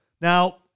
Now